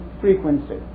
frequency